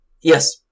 Yes